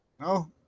No